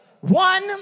one